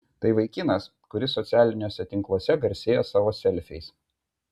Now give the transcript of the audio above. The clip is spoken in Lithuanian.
tai vaikinas kuris socialiniuose tinkluose garsėja savo selfiais